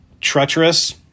treacherous